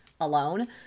alone